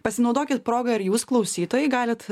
pasinaudokit proga ir jūs klausytojai galit